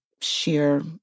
sheer